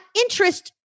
interest